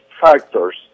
factors